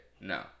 No